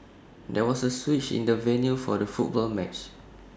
there was A switch in the venue for the football match